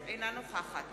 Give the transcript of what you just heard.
אינה נוכחת